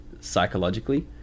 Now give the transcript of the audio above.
psychologically